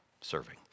serving